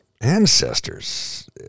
ancestors